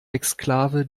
exklave